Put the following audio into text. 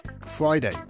Friday